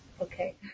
okay